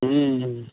ओहो नहि